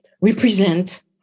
represent